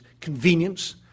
convenience